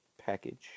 package